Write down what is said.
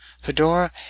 Fedora